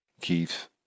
Keith